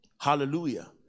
Hallelujah